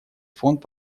фонд